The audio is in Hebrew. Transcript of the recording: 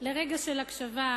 על רגע של הקשבה.